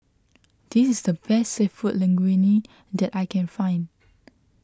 this is the best Seafood Linguine that I can find